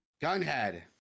gunhead